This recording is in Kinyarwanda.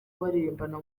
baririmbana